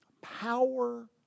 power